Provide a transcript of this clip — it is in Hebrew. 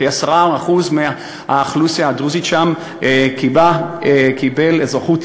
כ-10% מהאוכלוסייה הדרוזית שם קיבלו אזרחות ישראלית.